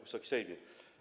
Wysoki Sejmie!